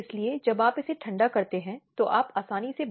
इसलिए यह आपराधिक कानून था